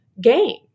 game